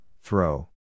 throw